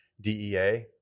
DEA